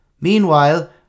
Meanwhile